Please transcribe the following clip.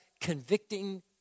convicting